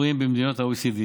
הצפויים במדינות ה-OECD,